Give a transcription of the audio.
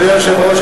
אדוני היושב-ראש,